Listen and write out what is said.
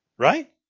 Right